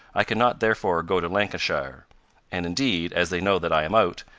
i can not therefore go to lancashire and, indeed, as they know that i am out,